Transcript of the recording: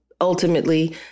ultimately